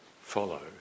follow